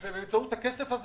כי זה גם אחת הסוגיות.